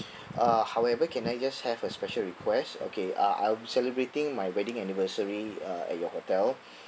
uh however can I just have a special request okay uh I'll be celebrating my wedding anniversary uh at your hotel